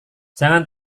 jangan